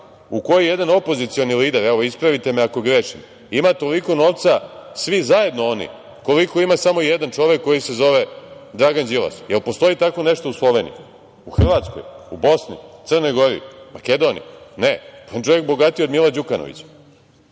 u kojoj jedan opozicioni lider, ispravite me ako grešim, ima toliko novca, svi zajedno oni, koliko ima samo jedan čovek koji se zove Dragan Đilas. Da li postoji tako nešto Sloveniji, u Hrvatskoj, u Bosni, Crnoj Gori, Mekedoniji? Ne, on čovek bogatiji od Mila Đukanovića,